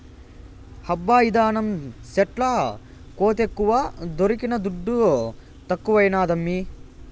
హబ్బా ఈదినం సెట్ల కోతెక్కువ దొరికిన దుడ్డు తక్కువైనాదమ్మీ